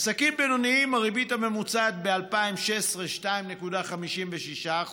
עסקים בינוניים: הריבית הממוצעת ב-2016, 2.56%,